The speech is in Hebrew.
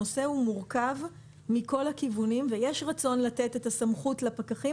הנושא הוא מורכב מכל הכיוונים ויש רצון לתת את הסמכות לפקחים